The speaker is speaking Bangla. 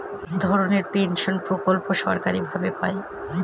এক ধরনের পেনশন প্রকল্প সরকারি ভাবে পাই